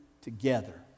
together